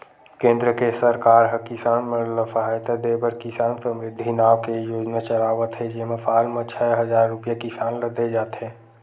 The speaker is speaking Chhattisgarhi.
केंद्र के सरकार ह किसान मन ल सहायता देबर किसान समरिद्धि नाव के योजना चलावत हे जेमा साल म छै हजार रूपिया किसान ल दे जाथे